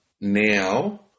now